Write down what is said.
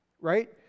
right